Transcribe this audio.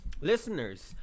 listeners